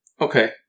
Okay